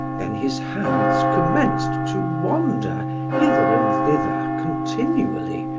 then his hands commenced to wander hither and thither continually,